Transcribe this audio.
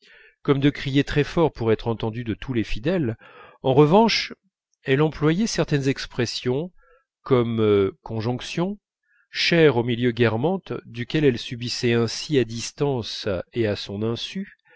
comme de crier très fort pour être entendue de tous les fidèles en revanche elle employait certaines expressions comme conjonction chères au milieu guermantes duquel elle subissait ainsi à distance et à son insu